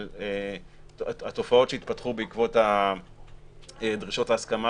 של התופעות שהתפתחו בעקבות הדרישות להסכמה